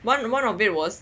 one one of it was